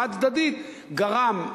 החד-צדדית גרם,